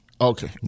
Okay